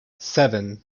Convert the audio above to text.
seven